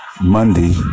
Monday